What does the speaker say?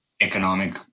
economic